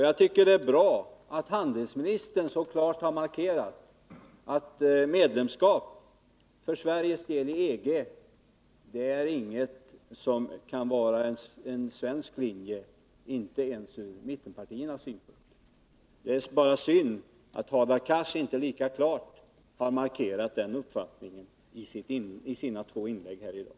Jag tycker att det är bra att handelsministern så starkt har markerat att medlemskap i EG inte är aktuellt för Sveriges del, inte heller ur mittenpartiernas synpunkt. Det är bara synd att inte Hadar Cars lika klart har markerat den uppfattningen i sina två inlägg i dag.